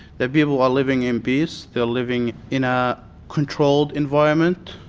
the people are living in peace, they're living in a controlled environment,